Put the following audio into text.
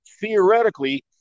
theoretically